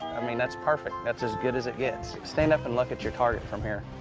i mean, that's perfect. that's as good as it gets. stand up and look at your target from here.